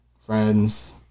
friends